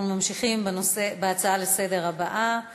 אנחנו ממשיכים בהצעות הבאות לסדר-היום: